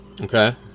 Okay